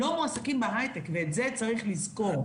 אבל הם לא מועסקים בהיי-טק ואת זה צריך לזכור.